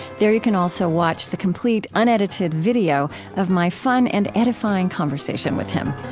there you can also watch the complete, unedited video of my fun and edifying conversation with him